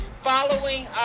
following